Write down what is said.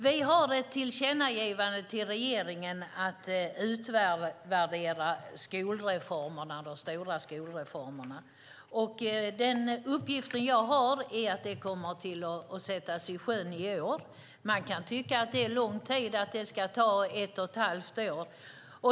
Vi har ett tillkännagivande till regeringen om att utvärdera de stora skolreformerna. Den uppgift jag har är att det kommer att sättas i sjön i år. Man kan tycka att det är lång tid att det tar ett och halvt år.